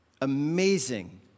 amazing